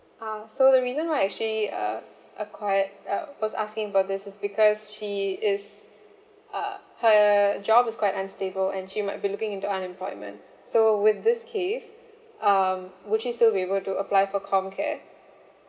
uh so the reason why I actually uh acquired uh was asking about this is because she is uh her job is quite unstable and she might be looking into unemployment so with this case um would she still be able to apply for comcare